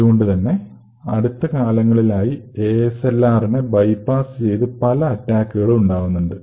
അതുകൊണ്ടുതന്നെ അടുത്ത കാലങ്ങളിലായി ASLR നെ ബെപാസ്സ് ചെയ്ത പല അറ്റാക്കുകളും ഉണ്ടാകുന്നുണ്ട്